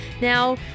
now